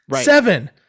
seven